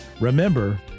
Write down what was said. remember